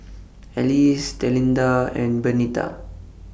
Alcie Delinda and Bernita